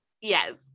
yes